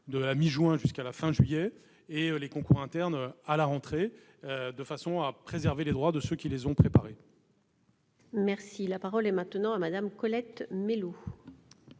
de la mi-juin à la fin juillet et les concours internes à la rentrée, de manière à préserver les droits de ceux qui les ont préparés. La parole est à Mme Colette Mélot.